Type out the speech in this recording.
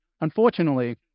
Unfortunately